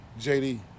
JD